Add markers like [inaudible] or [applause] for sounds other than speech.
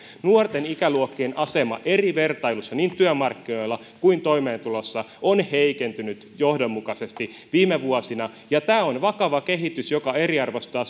nuorten ikäluokkien asema eri vertailuissa niin työmarkkinoilla kuin toimeentulossa on heikentynyt johdonmukaisesti viime vuosina ja tämä on vakava kehitys joka eriarvoistaa [unintelligible]